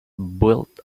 built